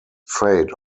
trade